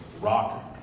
rock